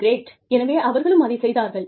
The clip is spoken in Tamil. க்ரேட் எனவே அவர்களும் அதைச் செய்தார்கள்